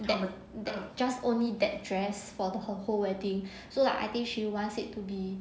that that just only that dress for the whole wedding so like I think she wants it to be